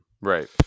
right